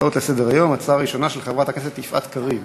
ההצעה הראשונה היא של חברת הכנסת יפעת קריב.